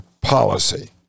policy